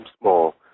small